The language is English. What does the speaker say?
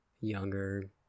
younger